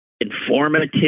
Informative